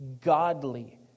godly